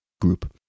Group